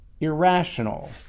irrational